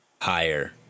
higher